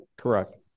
Correct